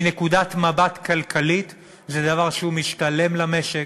מנקודת מבט כלכלית זה דבר שהוא משתלם למשק,